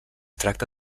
tracta